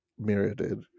mirrored